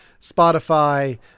Spotify